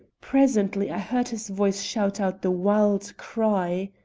presently i heard his voice shout out the wild cry